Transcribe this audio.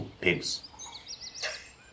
Pigs